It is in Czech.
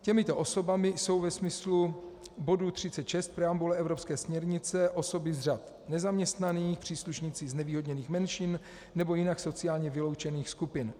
Těmito osobami jsou ve smyslu bodu 36 preambule evropské směrnice osoby z řad nezaměstnaných, příslušníci znevýhodněných menšin nebo jinak sociálně vyloučených skupin.